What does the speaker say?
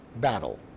battle